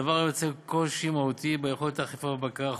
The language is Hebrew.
דבר היוצר קושי מהותי ביכולת האכיפה והבקרה.